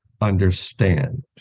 understand